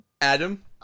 Adam